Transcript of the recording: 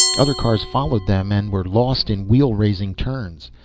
other cars followed them and were lost in wheel-raising turns.